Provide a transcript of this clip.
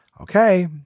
Okay